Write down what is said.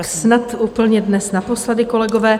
Snad úplně dnes naposledy, kolegové.